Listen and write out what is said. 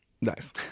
Nice